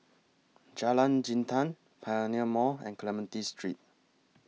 Jalan Jintan Pioneer Mall and Clementi Street